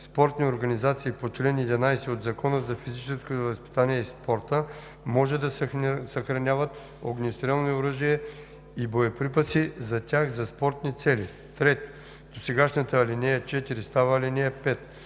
спортни организации по чл. 11 от Закона за физическото възпитание и спорта може да съхраняват огнестрелни оръжия и боеприпаси за тях за спортни цели.“ 3. Досегашната ал. 4 става ал. 5.